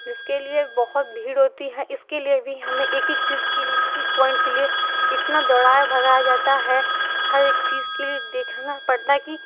जिसके लिए बहुत भीड़ होती है इसके लिए भी हमें एक एक चीज के लिए एक एक पॉइंट के लिए इतना दौड़ाया भगाया जाता है हरेक चीज के लिए देखना पड़ता है कि